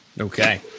Okay